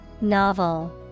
Novel